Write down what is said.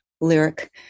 lyric